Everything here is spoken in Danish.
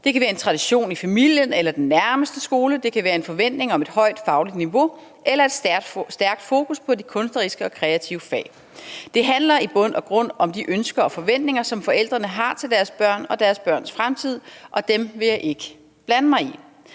Det kan være en tradition i familien eller den nærmeste skole, det kan være en forventning om et højt fagligt niveau eller et stærkt fokus på de kunstneriske og kreative fag. Det handler i bund og grund om de ønsker og forventninger, som forældrene har til deres børn og deres børns fremtid, og dem vil jeg ikke blande mig i.